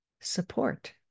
support